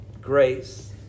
grace